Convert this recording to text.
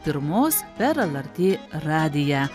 pirmos per lrt radiją